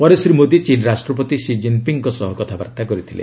ପରେ ଶ୍ରୀ ମୋଦି ଚୀନ୍ ରାଷ୍ଟ୍ରପତି ଷି ଜିନ୍ପିଙ୍ଗ୍ଙ୍କ ସହ କଥାବାର୍ତ୍ତା କରିଥିଲେ